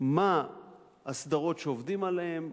מה הסדרות שעובדים עליהן,